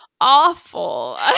awful